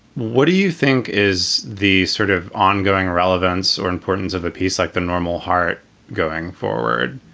what do you think is the sort of ongoing relevance or importance of a piece like the normal heart going forward,